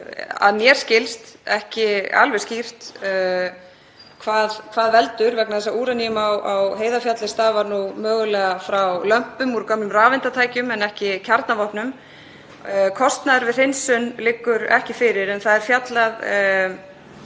að mér skilst, ekki alveg skýrt hvað veldur vegna þess að úran á Heiðarfjalli stafar mögulega frá lömpum úr gömlum rafeindatækjum en ekki kjarnavopnum. Kostnaðurinn við hreinsun liggur ekki fyrir en fjallað